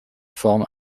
forme